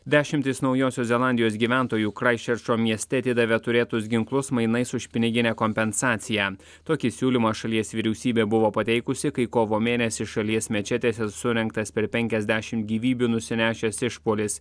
dešimtys naujosios zelandijos gyventojų kraistčerčo mieste atidavė turėtus ginklus mainais už piniginę kompensaciją tokį siūlymą šalies vyriausybė buvo pateikusi kai kovo mėnesį šalies mečetėse surengtas per penkiasdešim gyvybių nusinešęs išpuolis